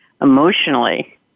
emotionally